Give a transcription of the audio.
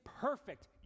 perfect